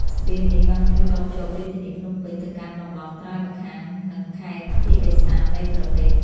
ស្ពាននេះបានជួយតភ្ជាប់រាជធានីភ្នំពេញទៅកាន់តំបន់ត្រើយម្ខាង និងខេត្តភាគឦសាននៃប្រទេស។